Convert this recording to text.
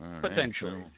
Potentially